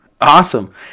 awesome